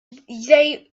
they